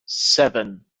seven